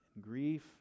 grief